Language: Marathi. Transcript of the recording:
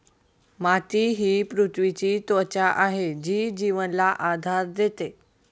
माती ही पृथ्वीची त्वचा आहे जी जीवनाला आधार देते